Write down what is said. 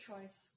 choice